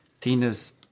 Tina's